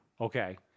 Okay